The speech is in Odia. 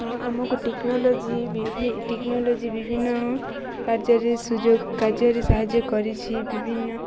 ହଁ ଆମକୁ ଟେକ୍ନୋଲୋଜି ବିଭି ଟେକ୍ନୋଲୋଜି ବିଭିନ୍ନ କାର୍ଯ୍ୟରେ ସୁଯୋଗ କାର୍ଯ୍ୟରେ ସାହାଯ୍ୟ କରିଛି ବିଭିନ୍ନ